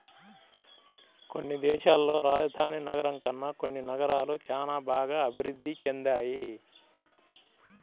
కొన్ని దేశాల్లో రాజధాని నగరం కన్నా కొన్ని నగరాలు చానా బాగా అభిరుద్ధి చెందాయి